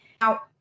Now